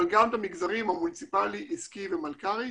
אבל גם במגזרים המוניציפלי עסקי ומנכ"לי,